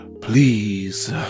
please